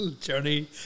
journey